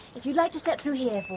if you'd like to step through here